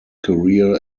career